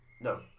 No